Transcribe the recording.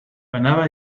whenever